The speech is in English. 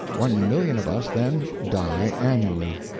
one million of us, then, die annually.